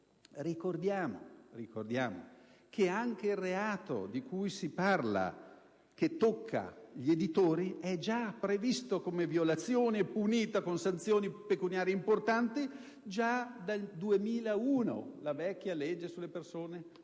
Ricordiamo che anche il reato di cui si parla, che coinvolge gli editori, è previsto come violazione e punito con sanzioni pecuniarie importanti già dal 2001, in forza della vecchia legge sulle persone giuridiche.